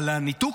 הניתוק